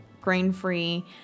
grain-free